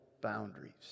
boundaries